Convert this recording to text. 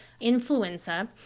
influenza